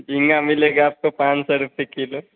झींगा मिलेगा आपको पाँच सौ रुपए किलो